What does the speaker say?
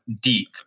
deep